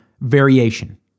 variation